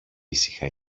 ήσυχα